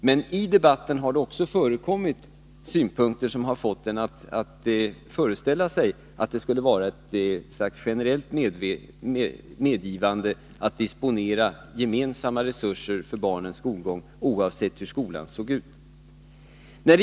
Men i debatten har det också förekommit synpunkter som skapat föreställningen att det skulle föreligga ett slags generellt medgivande när det gäller att disponera gemensamma resurser för barnens skolgång, oavsett hur skolan ser ut.